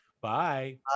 Bye